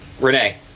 Renee